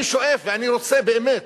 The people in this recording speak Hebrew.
אני שואף ואני רוצה באמת,